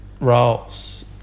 roles